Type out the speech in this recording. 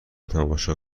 تماشا